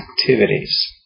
activities